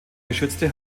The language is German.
geschützte